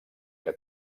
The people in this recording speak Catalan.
que